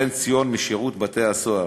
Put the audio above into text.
לבן-ציון משירות בתי-הסוהר.